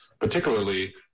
particularly